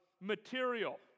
material